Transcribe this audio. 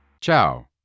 Ciao